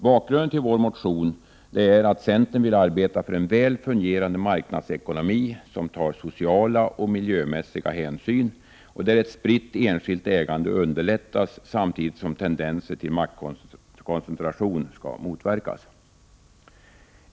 Bakgrunden till vår motion är att centern vill arbeta för en väl fungerande marknadsekonomi, som tar sociala och miljömässiga hänsyn och där ett spritt enskilt ägande underlättas, samtidigt som tendenser till maktkoncentration skall motverkas.